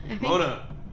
Mona